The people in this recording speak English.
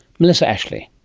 melissa ashley.